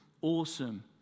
awesome